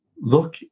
look